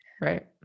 right